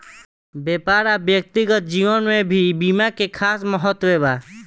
व्यापार आ व्यक्तिगत जीवन में भी बीमा के खास महत्व बा